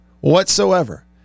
whatsoever